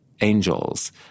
angels